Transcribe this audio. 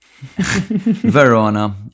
Verona